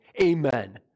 Amen